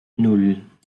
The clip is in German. nan